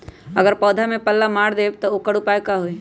अगर पौधा में पल्ला मार देबे त औकर उपाय का होई?